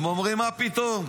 הם אומרים: מה פתאום,